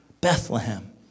Bethlehem